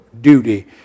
duty